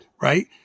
Right